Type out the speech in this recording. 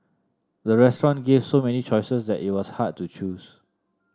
the restaurant gave so many choices that it was hard to choose